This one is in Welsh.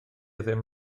ddim